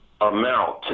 amount